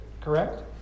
Correct